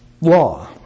law